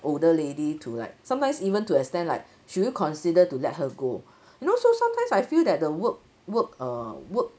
older lady to like sometimes even to extent like should you consider to let her go you know so sometimes I feel that the work work uh work